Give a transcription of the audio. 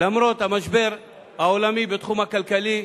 המשבר העולמי בתחום הכלכלי,